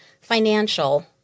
financial